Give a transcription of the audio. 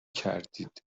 کردید